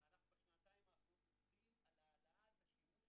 בנושא של בטיחות ילדים בכלל וכל הרעיון היה שגם